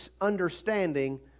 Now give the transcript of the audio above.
understanding